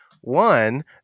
one